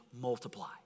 multiply